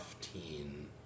teen